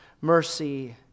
mercy